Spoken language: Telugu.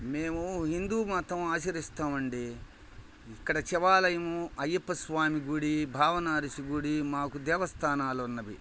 మేము హిందూ మతం ఆచరిస్తామండి ఇక్కడ శివాలయము అయ్యప్ప స్వామి గుడి భావనారీస్ గుడి మాకు దేవస్థానాలు ఉన్నవి